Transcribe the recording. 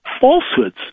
falsehoods